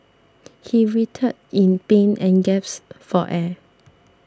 he writhed in pain and gasped for air